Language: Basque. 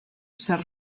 zer